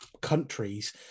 countries